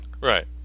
Right